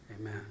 Amen